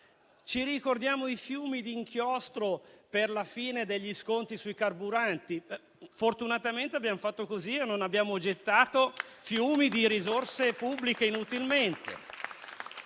Ci ricordiamo i fiumi d'inchiostro versati per la fine degli sconti sui carburanti? Fortunatamente abbiamo fatto così e non abbiamo gettato inutilmente fiumi di risorse pubbliche.